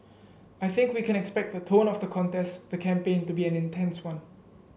I think we can expect the tone of the contest the campaign to be an intense one